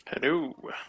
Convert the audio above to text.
Hello